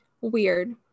Weird